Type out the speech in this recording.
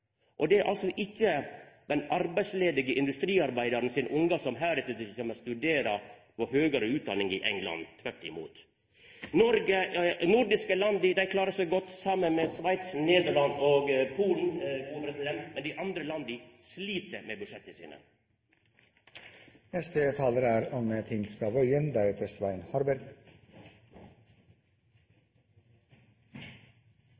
arbeidsledige industriarbeidaren sine ungar som heretter kjem til å studera høgare utdanning i England, tvert imot. Dei nordiske landa klarar seg godt, saman med Sveits, Nederland og Polen. Men dei andre landa slit med budsjetta sine. Jeg ba om ordet igjen for å kommentere den delen av budsjettet